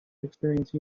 experience